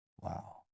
wow